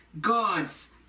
God's